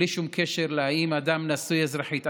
בלי שום קשר אם האדם נשוי אזרחית.